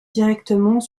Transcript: directement